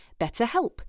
BetterHelp